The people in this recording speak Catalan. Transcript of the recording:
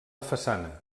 façana